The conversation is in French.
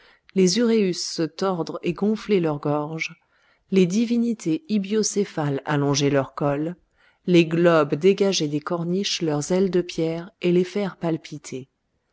les uræus se tordre et gonfler leur gorge les divinités ibiocéphales allonger leur col les globes dégager des corniches leurs ailes de pierre et les faire palpiter